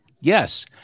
Yes